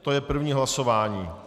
To je první hlasování.